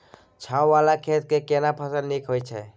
छै ॉंव वाला खेत में केना फसल नीक होयत?